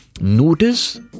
notice